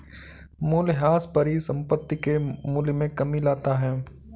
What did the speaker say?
मूलयह्रास परिसंपत्ति के मूल्य में कमी लाता है